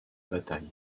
bataille